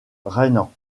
rhénan